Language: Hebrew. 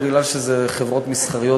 מכיוון שאלו חברות מסחריות,